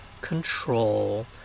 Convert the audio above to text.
control